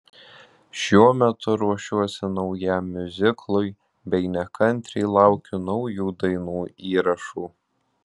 šiuo metu ruošiuosi naujam miuziklui bei nekantriai laukiu naujų dainų įrašų